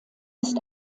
ist